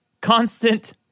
Constant